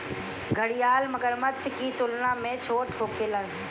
घड़ियाल मगरमच्छ की तुलना में छोट होखेले